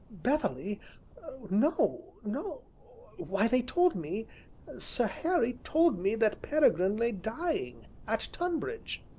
beverley no, no why, they told me sir harry told me that peregrine lay dying at tonbridge.